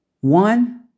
One